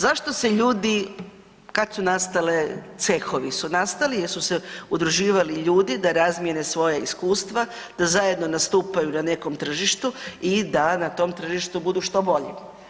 Zašto se ljudi, kad su nastale, cehovi su nastali jer su udruživali ljudi da razmjene svoja iskustva, da zajedno nastupaju na nekom tržištu i da na tom tržištu budu što bolji.